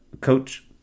Coach